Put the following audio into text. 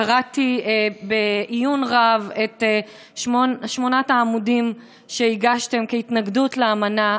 קראתי בעיון רב את שמונת העמודים שהגשתם כהתנגדות לאמנה.